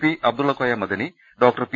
P Abdullakoya Madani doctor P